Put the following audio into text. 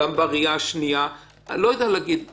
על איזה ערך אתה יותר צריך להגן ועל איזה פחות.